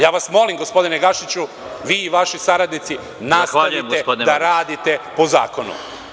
Ja vas molim, gospodine Gašiću, vi i vaši saradnici nastavite da radite po zakonu.